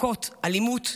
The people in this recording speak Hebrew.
מכות, אלימות,